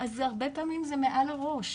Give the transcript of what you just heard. אז זה הרבה פעמים מעל הראש.